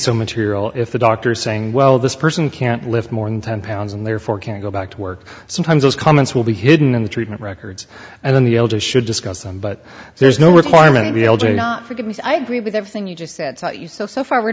so material if the doctor saying well this person can't lift more than ten pounds and therefore can't go back to work sometimes those comments will be hidden in the treatment records and then the elders should discuss them but there's no requirement to be able to not forgiveness i agree with everything you just said you so so if i were